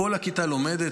כל הכיתה לומדת.